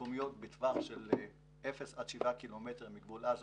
מקומיות בטווח של 0 עד 7 ק"מ מגבול עזה,